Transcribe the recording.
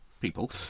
people